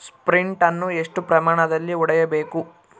Sprint ಅನ್ನು ಎಷ್ಟು ಪ್ರಮಾಣದಲ್ಲಿ ಹೊಡೆಯಬೇಕು?